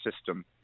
system